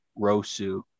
Rosu